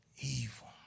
evil